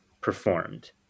performed